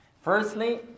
Firstly